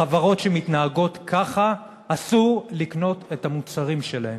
חברות שמתנהגות ככה, אסור לקנות את המוצרים שלהן.